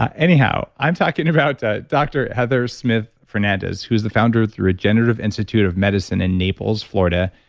ah anyhow, i'm talking about ah dr. heather smith-fernandez, who's the founder of the regenerative institute of medicine in naples, florida.